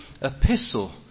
epistle